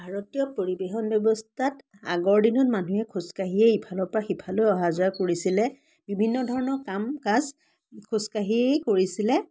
ভাৰতীয় পৰিৱহন ব্যৱস্থাত আগৰ দিনত মানুহে খোজকাঢ়িয়ে ইফালৰ পৰা সিফালে অহা যোৱা কৰিছিলে বিভিন্ন ধৰণৰ কাম কাজ খোজকাঢ়িয়ে কৰিছিলে